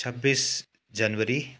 छब्बिस जनवरी